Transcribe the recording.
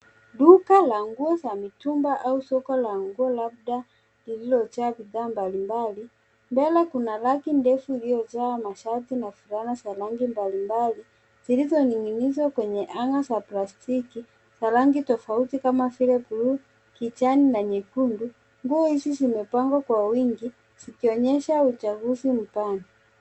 Duka la nguo za mitumba au soko la nguo labda lililojaa bidhaa mbalimbali. Mbele kuna raki ndefu iliyojaa mashati na fulana za rangi mbalimbali zilizoning'inizwa kwenye hanga za plastiki za rangi tofauti kama vile buluu, kijani na nyekundu. Nguo hizi zimepangwa kwa wingi zikionyesha uchaguzi mpana.